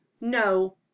No